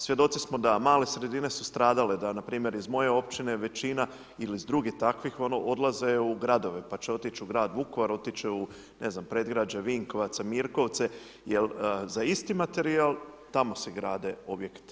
Svjedoci smo da male sredine su stradale, da npr. iz moje općine većina ili iz drugih takvih, odlaze u gradove, pa će otići u grad Vukovar, otići će ne znam u predgrađe Vinkovaca, Mirkovce, jel za isti materijal tamo se grade objekti.